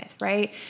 right